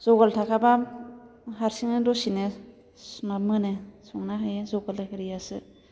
जगार थाखाबा हारसिंनो दसेनो सिमआ मोनो संनो हायो जगार लोगोरियासो